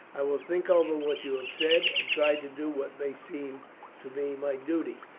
i will think over what you have said, and try to do what may seem to me my duty.